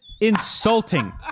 insulting